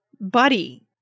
Buddy